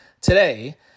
today